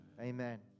Amen